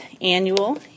annual